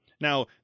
now